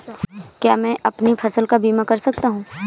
क्या मैं अपनी फसल का बीमा कर सकता हूँ?